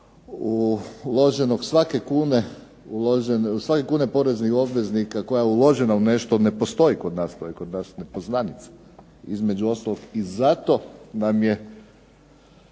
vrednovanja uloženog svake kune poreznih obveznika koja je uložena u nešto, to ne postoji kod nas, to je kod nas nepoznanica, između ostalog i zato nam je